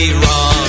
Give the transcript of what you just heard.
wrong